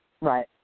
Right